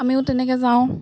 আমিও তেনেকৈ যাওঁ